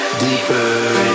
deeper